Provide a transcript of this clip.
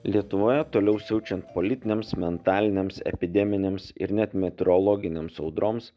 lietuvoje toliau siaučiant politiniams mentaliniams epideminiams ir net meteorologinėms audroms